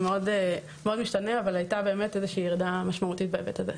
זה מאוד משתנה אבל הייתה איזושהי ירידה משמעותית בהיבט הזה.